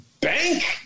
bank